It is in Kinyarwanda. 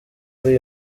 ari